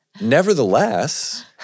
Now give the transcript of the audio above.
Nevertheless